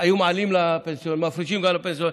היו מפרישים גם לפנסיונרים.